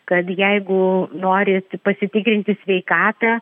kad jeigu norit pasitikrinti sveikatą